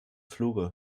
fluge